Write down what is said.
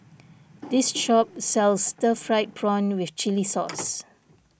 this shop sells Stir Fried Prawn with Chili Sauce